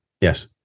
Yes